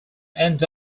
end